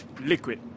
liquid